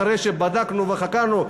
אחרי שבדקנו וחקרנו,